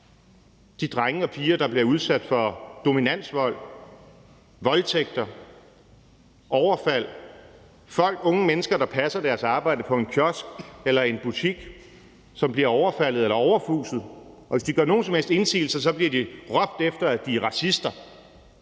de drenge og piger, der bliver udsat for dominansvold, voldtægter, overfald, og det er de unge mennesker, der passer deres arbejde i en kiosk eller i en butik, som bliver overfaldet eller overfuset, og hvis de gør nogen som helst indsigelser, bliver der råbt efter dem, at de er racister.